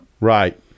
Right